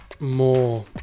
more